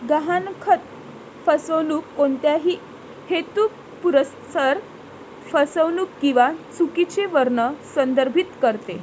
गहाणखत फसवणूक कोणत्याही हेतुपुरस्सर फसवणूक किंवा चुकीचे वर्णन संदर्भित करते